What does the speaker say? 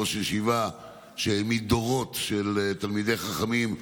ראש ישיבה שהעמיד דורות של תלמידי חכמים,